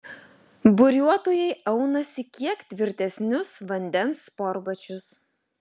buriuotojai aunasi kiek tvirtesnius vandens sportbačius